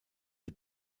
der